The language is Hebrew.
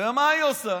ומה היא עושה?